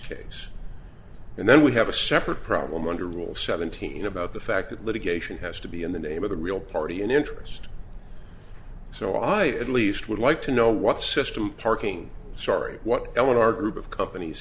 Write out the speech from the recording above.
case and then we have a separate problem under rule seventeen about the fact that litigation has to be in the name of the real party in interest so i at least would like to know what system parking sorry what ellen our group of companies